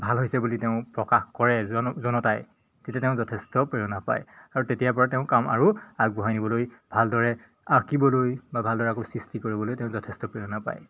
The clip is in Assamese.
ভাল হৈছে বুলি তেওঁ প্ৰকাশ কৰে জন জনতাই তেতিয়া তেওঁ যথেষ্ট প্ৰেৰণা পায় আৰু তেতিয়াৰ পৰা তেওঁ কাম আৰু আগবঢ়াই নিবলৈ ভালদৰে আঁকিবলৈ বা ভালদৰে আকৌ সৃষ্টি কৰিবলৈ তেওঁ যথেষ্ট প্ৰেৰণা পায়